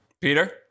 Peter